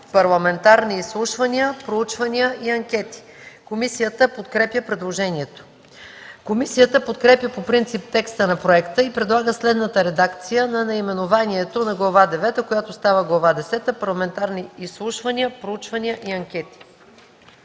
„Парламентарни изслушвания, проучвания и анкети”. Комисията подкрепя предложението. Комисията подкрепя по принцип текста на проекта и предлага следната редакция за наименованието на Глава девета, която става Глава десета: „Парламентарни изслушвания, проучвания и анкети”.